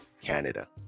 Canada